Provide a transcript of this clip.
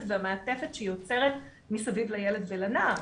והמעטפת שהיא יוצרת מסביב לילד ולנער.